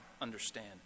understand